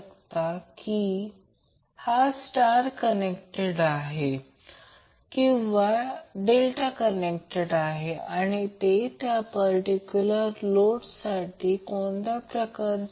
आणि त्याचप्रमाणे b साठी सुद्धा सारखेच असेल हे टर्मिनल b घेतले आहे